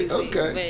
okay